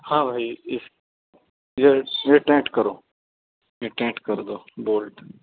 ہاں بھائی اس یہ یہ ٹائٹ کرو یہ ٹائٹ کر دو بولٹ